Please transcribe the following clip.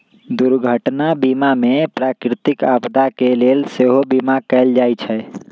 दुर्घटना बीमा में प्राकृतिक आपदा के लेल सेहो बिमा कएल जाइ छइ